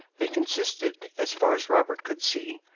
they consisted, as far as robert could see,